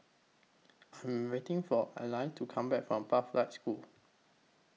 I Am waiting For Alia to Come Back from Pathlight School